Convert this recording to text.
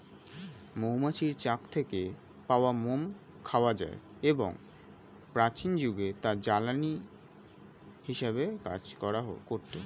মৌমাছির চাক থেকে পাওয়া মোম খাওয়া যায় এবং প্রাচীন যুগে তা জলনিরোধক হিসেবে কাজ করত